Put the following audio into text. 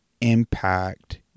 impact